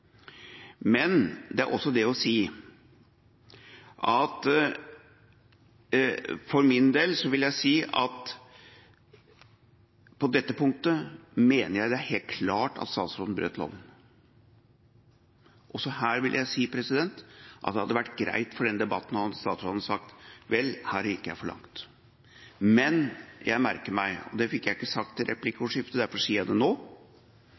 punktet mener jeg det er helt klart at statsråden brøt loven. Også her vil jeg si at det hadde vært greit for denne debatten om statsråden hadde sagt: Vel, her gikk jeg for langt. Men jeg merker meg – og det fikk jeg ikke sagt i replikkordskiftet, derfor sier jeg det nå